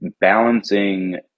balancing